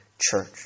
church